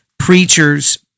preachers